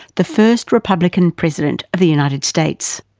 the first republican president of the united states.